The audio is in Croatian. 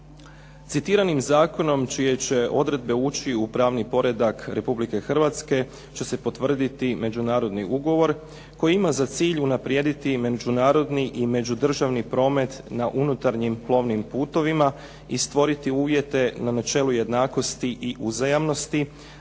Citiranim zakonom čije će odredbe ući u pravni poredak Republike Hrvatske će se potvrditi međunarodni ugovor, koji ima za cilj unaprijediti i međunarodni i međudržavni promet na unutarnji plovnim putovima i stvoriti uvjete na načelu jednakosti i uzajamnosti